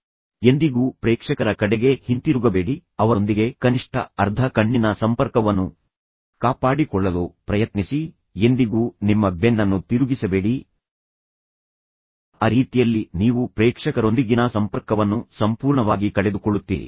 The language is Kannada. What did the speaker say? ಎಂದಿಗೂ ಪ್ರೇಕ್ಷಕರ ಕಡೆಗೆ ಹಿಂತಿರುಗಬೇಡಿ ಅಥವಾ ನೀವು ಕಪ್ಪು ಹಲಗೆ ಮೇಲೆ ಏನನ್ನಾದರೂ ತೋರಿಸಲು ಹೊರಟಿದ್ದರೂ ಅವರೊಂದಿಗೆ ಕನಿಷ್ಠ ಅರ್ಧ ಕಣ್ಣಿನ ಸಂಪರ್ಕವನ್ನು ಕಾಪಾಡಿಕೊಳ್ಳಲು ಪ್ರಯತ್ನಿಸಿ ಎಂದಿಗೂ ನಿಮ್ಮ ಬೆನ್ನನ್ನು ತಿರುಗಿಸಬೇಡಿ ಆ ರೀತಿಯಲ್ಲಿ ನೀವು ಪ್ರೇಕ್ಷಕರೊಂದಿಗಿನ ಸಂಪರ್ಕವನ್ನು ಸಂಪೂರ್ಣವಾಗಿ ಕಳೆದುಕೊಳ್ಳುತ್ತೀರಿ